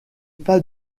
pas